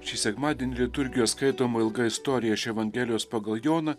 šį sekmadienį liturgijoje skaitoma ilga istorija iš evangelijos pagal joną